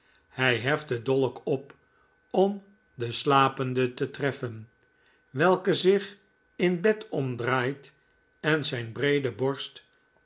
hij heft den dolk op om den slapende te treffen welke zich in bed omdraait en zijn breede borst